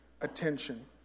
attention